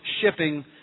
shipping